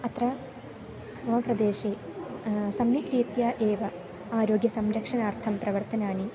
अत्र मम प्रदेशे सम्यक् रीत्या एव आरोग्यसंरक्षणार्थं प्रवर्तनानि